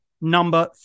number